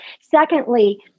Secondly